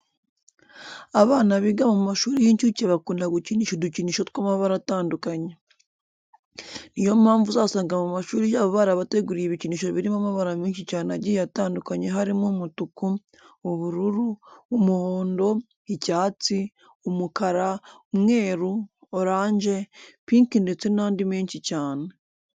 Abana biga mu mashuri y'inshuke bakunda gukinisha udukinisho tw'amabara atandukanye. Niyo mpamvu uzasanga mu mashuri yabo barabateguriye ibikinisho birimo amabara menshi cyane agiye atandukanye harimo umutuku, ubururu, umuhondo, icyatsi, umukara, umweru, oranje, pinki ndetse n'andi menshi cyane.